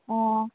অঁ